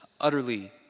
utterly